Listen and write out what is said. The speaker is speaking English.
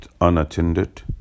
unattended